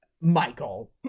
Michael